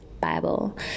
Bible